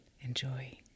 Enjoy